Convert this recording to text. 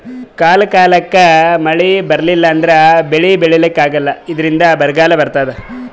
ಕಾಲ್ ಕಾಲಕ್ಕ್ ಮಳಿ ಬರ್ಲಿಲ್ಲ ಅಂದ್ರ ಬೆಳಿ ಬೆಳಿಲಿಕ್ಕ್ ಆಗಲ್ಲ ಇದ್ರಿಂದ್ ಬರ್ಗಾಲ್ ಬರ್ತದ್